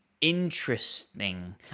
interesting